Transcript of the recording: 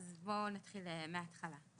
בוא נתחיל מההתחלה.